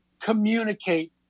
communicate